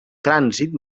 trànsit